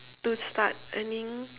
to start earning